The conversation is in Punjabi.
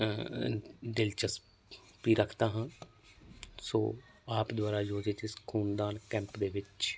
ਦਿਲਚਸਪੀ ਰੱਖਦਾ ਹਾਂ ਸੋ ਆਪ ਦੁਆਰਾ ਆਯੋਜਿਤ ਇਸ ਖੂਨਦਾਨ ਕੈਂਪ ਦੇ ਵਿੱਚ